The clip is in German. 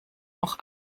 auch